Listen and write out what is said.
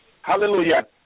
Hallelujah